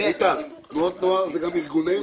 איתן, תנועות נוער זה גם ארגוני נוער.